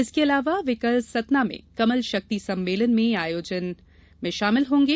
इसके अलावा वे कल सतना में कमल शक्ति सम्मेलन के आयोजन में शामिल होंगे